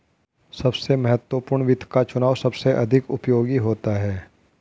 सबसे महत्वपूर्ण वित्त का चुनाव सबसे अधिक उपयोगी होता है